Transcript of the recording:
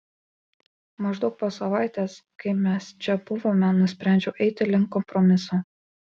maždaug po savaitės kai mes čia buvome nusprendžiau eiti link kompromiso